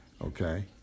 okay